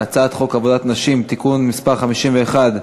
הצעת חוק עבודת נשים (תיקון מס' 51),